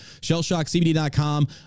Shellshockcbd.com